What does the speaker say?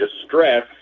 distress